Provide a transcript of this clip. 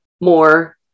more